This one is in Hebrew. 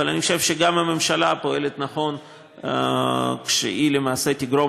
אבל אני חושב שגם הממשלה פועלת נכון כשהיא למעשה תגרום